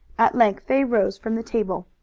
at length they rose from the table.